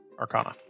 Arcana